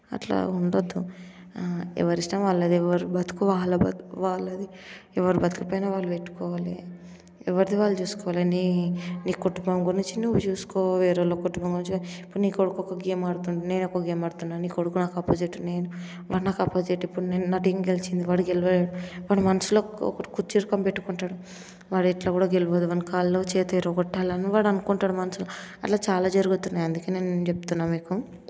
అట్లా ఉండద్దు ఎవరి ఇష్టం వాళ్ళది ఎవరి బతుకు వాళ్ళ బతుకు వాళ్ళది ఎవరు బతుకు పైన వాళ్ళు పెట్టుకోవాలి ఎవరిది వాళ్ళు చూసుకోవాలి నీ నీ కుటుంబం గురించి నువ్వు చూసుకో వేరే వాళ్ళ కుటుంబం గురించి ఇప్పుడు నీ కొడుకు ఒక గేమ్ ఆడుతున్నాడు నేను ఒక గేమ్ ఆడుతున్న నీ కొడుకు నాకు ఆపోజిట్ వాడు నాకు ఆపోజిట్ ఇప్పుడు నా టీం గెలిచింది వాడు గెలవలేదు వాడు మనసులో ఒక కుర్చీరకం పెట్టుకుంటాడు వాడు ఎట్ల కూడా గెలవడు వాడి కాళ్ళు చేతులు ఇరగకొట్టాలని వాడు అనుకుంటాడు మనసులో అలా చాలా జరుగుతున్నాయి అందుకే నేను చెప్తున్నా మీకు